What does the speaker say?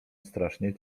strasznie